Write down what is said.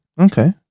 Okay